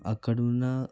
అక్కడున్న